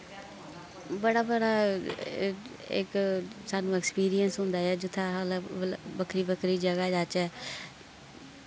बड़ा बड़ा इक स्हानू एक्सपीरियंस होंदा ऐ जुत्थै बक्खरी बक्खरी जगह जाह्चै